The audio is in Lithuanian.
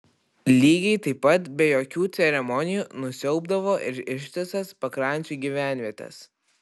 lygiai taip pat be jokių ceremonijų nusiaubdavo ir ištisas pakrančių gyvenvietes